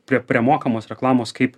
prie prie mokamos reklamos kaip